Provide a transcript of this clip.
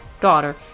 daughter